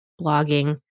blogging